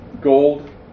Gold